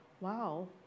Wow